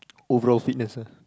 overall fitness